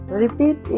repeat